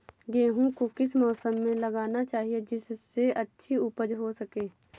गेहूँ को किस मौसम में लगाना चाहिए जिससे अच्छी उपज हो सके?